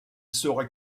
sera